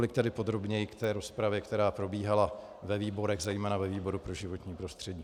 Tolik tedy podrobněji k rozpravě, která probíhala ve výborech, zejména ve výboru pro životní prostředí.